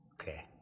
Okay